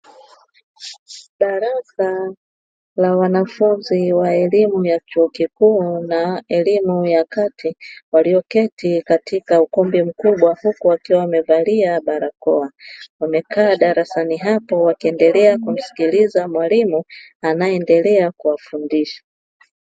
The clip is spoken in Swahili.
Darasa la wanafunzi wa elimu ya chuo kikuu na elimu ya kati, walioketi katika ukumbi mkubwa, huku wakiwa wamevalia barakoa wamekaa darasani hapo wakiendelea kumsikiliza mwalimu anayeendelea kuwafundisha.